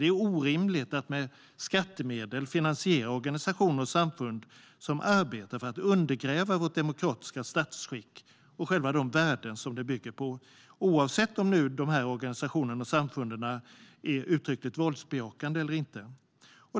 Det är orimligt att med skattemedel finansiera organisationer och samfund som arbetar för att undergräva vårt demokratiska statsskick och de värden som det bygger på, oavsett om organisationerna och samfunden är uttryckligt våldsbejakande eller inte.